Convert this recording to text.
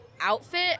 outfit